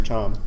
Tom